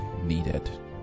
Needed